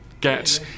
get